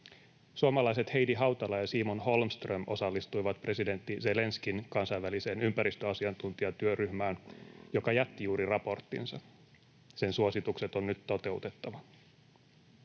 Suomalaiset Heidi Hautala ja Simon Holmström osallistuivat presidentti Zelenskyin kansainväliseen ympäristöasiantuntijatyöryhmään, joka jätti juuri raporttinsa. Sen suositukset on nyt toteutettava.